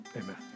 Amen